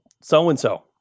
so-and-so